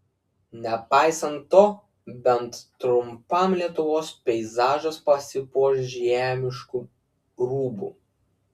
nepaisant to bent trumpam lietuvos peizažas pasipuoš žiemišku rūbu